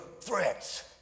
threats